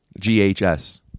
GHS